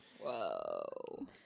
Whoa